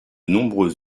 nombreux